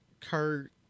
Kurt